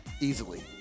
Easily